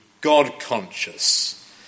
God-conscious